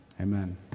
amen